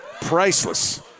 Priceless